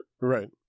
Right